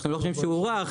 אנחנו לא חושבים שהוא רך,